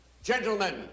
Gentlemen